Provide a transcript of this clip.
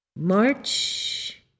March